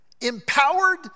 empowered